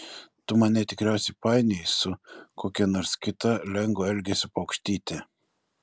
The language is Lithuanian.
tu mane tikriausiai painioji su kokia nors kita lengvo elgesio paukštyte